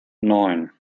neun